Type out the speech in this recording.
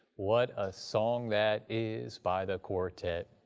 what a song that is by the quartet.